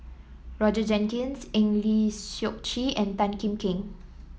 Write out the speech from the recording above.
Roger Jenkins Eng Lee Seok Chee and Tan Kim Seng